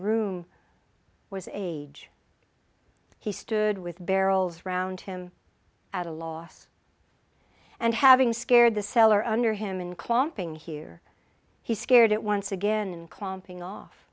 room with age he stood with barrels round him at a loss and having scared the cellar under him and clumping here he scared it once again and clumping off